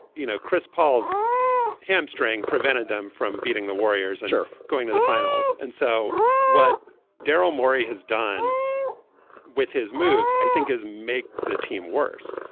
you know, chris paul's hamstring prevented them from beating the warriors and are going to the finals. and so what daryl morey has done with his moves, i think, is make the team worse.